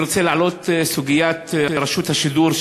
אני רוצה להעלות את סוגיית רשות השידור,